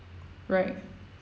right